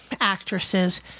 actresses